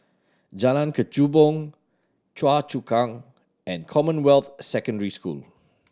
Jalan Kechubong Choa Chu Kang and Commonwealth Secondary School